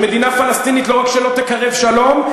שמדינה פלסטינית לא רק שלא תקרב שלום,